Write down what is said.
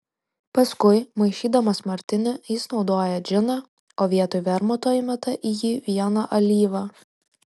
paskui maišydamas martinį jis naudoja džiną o vietoj vermuto įmeta į jį vieną alyvą